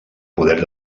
poder